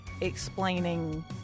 explaining